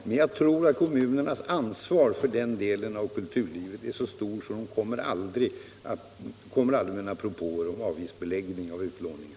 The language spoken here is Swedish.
Men jag tror att kommunernas ansvar för den delen av kulturlivet är så stort att de aldrig kommer att framlägga några propåer om avgiftsbeläggning på utlåningen.